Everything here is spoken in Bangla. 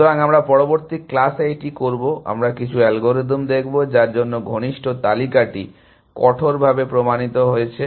সুতরাং আমরা পরবর্তী ক্লাসে এটি করব আমরা কিছু অ্যালগরিদম দেখব যার জন্য ঘনিষ্ঠ তালিকাটি কঠোরভাবে প্রমাণিত হয়েছে